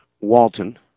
Walton